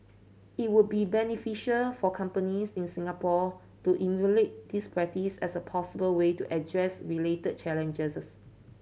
it would be beneficial for companies in Singapore to emulate this practice as a possible way to address related challenges